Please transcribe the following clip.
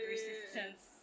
Resistance